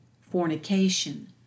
fornication